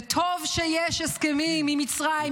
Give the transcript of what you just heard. וטוב שיש הסכמים עם מצרים,